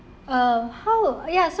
uh how ya